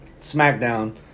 SmackDown